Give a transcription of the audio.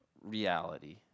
reality